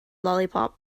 lollipop